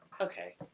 Okay